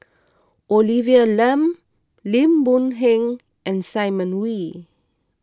Olivia Lum Lim Boon Heng and Simon Wee